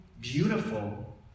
beautiful